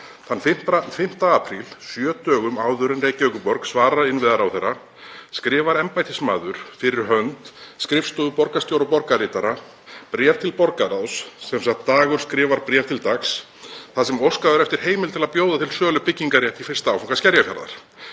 Þann 5. apríl, sjö dögum áður en Reykjavíkurborg svarar innviðaráðherra, skrifar embættismaður fyrir hönd skrifstofu borgarstjóra og borgarritara bréf til borgarráðs, sem sagt Dagur skrifar bréf til Dags, þar sem óskað var eftir heimild til að bjóða til sölu byggingarrétt í fyrsta áfanga Skerjafjarðar.